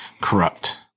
corrupt